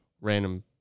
random